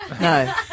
No